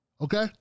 Okay